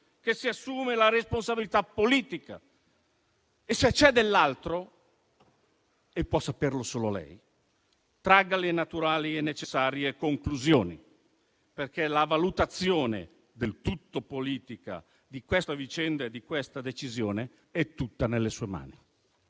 che si assume la responsabilità politica e se c'è dell'altro, e può saperlo solo lei, tragga le naturali e necessarie conclusioni, perché la valutazione del tutto politica di questa vicenda e di questa decisione è tutta nelle sue mani.